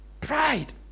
pride